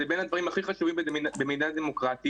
זה בין הדברים הכי חשובים במדינה דמוקרטית.